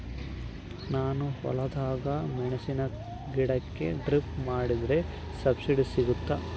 ನಾನು ಹೊಲದಾಗ ಮೆಣಸಿನ ಗಿಡಕ್ಕೆ ಡ್ರಿಪ್ ಮಾಡಿದ್ರೆ ಸಬ್ಸಿಡಿ ಸಿಗುತ್ತಾ?